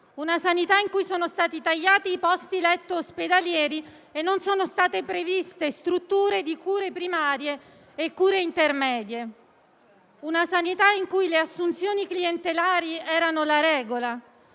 una sanità in cui sono stati tagliati i posti letto ospedalieri e non sono state previste strutture di cure primarie e cure intermedie; una sanità in cui le assunzioni clientelari erano la regola;